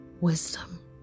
wisdom